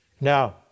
Now